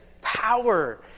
power